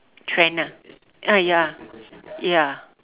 trend ah uh ya ya